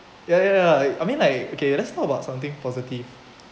ya ya ya I mean like okay let's talk about something positive